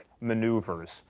maneuvers